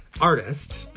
artist